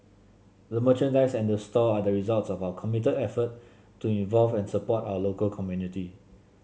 the merchandise and the store are the results of our committed effort to involve and support our local community